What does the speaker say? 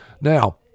Now